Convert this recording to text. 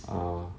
orh